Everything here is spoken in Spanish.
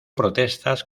protestas